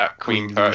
Queen